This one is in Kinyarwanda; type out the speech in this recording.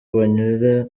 banyura